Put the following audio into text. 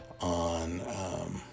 on